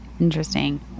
Interesting